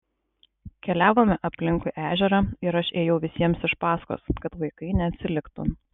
keliavome aplinkui ežerą ir aš ėjau visiems iš paskos kad vaikai neatsiliktų